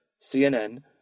CNN